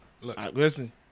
listen